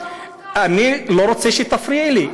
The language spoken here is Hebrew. אני לא רוצה שתפריעי לי.